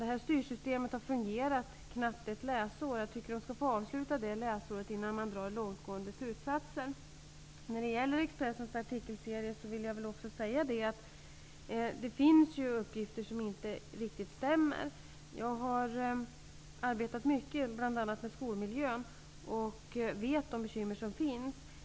Detta styrsystem har varit i kraft under knappt ett läsår. Jag tycker att detta läsår skall få avslutas innan man drar långtgående slutsatser av det. När det gäller Expressens artikelserie vill jag också säga att det finns uppgifter där som inte riktigt stämmer. Jag har arbetat mycket bl.a. med skolmiljön och vet vilka bekymmer som finns.